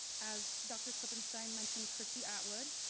as dr. klippenstein mentioned, kristy atwood,